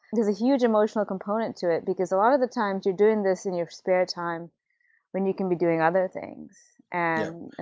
there's a huge motional component to it, because a lot of the times you're doing this in your spare time when you can be doing other things. and and